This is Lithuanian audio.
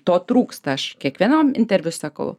to trūksta aš kiekvienam interviu sakau